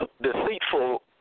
deceitful